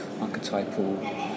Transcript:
archetypal